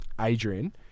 Adrian